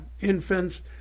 infants